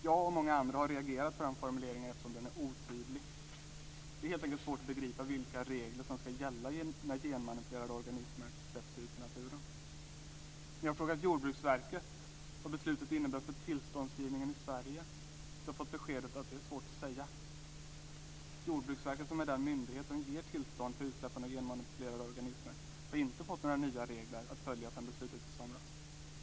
Jag, och många andra, har reagerat på den formuleringen eftersom den är otydlig. Det är helt enkelt svårt att begripa vilka regler som ska gälla när genmanipulerade organismer släpps ut i naturen. När jag har frågat Jordbruksverket vad beslutet innebär för tillståndsgivningen i Sverige har jag fått beskedet att det är svårt att säga. Jordbruksverket, som är den myndighet som ger tillstånd för utsläppande av genmanipulerade organismer, har inte fått några nya regler att följa sedan beslutet i somras.